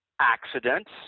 accidents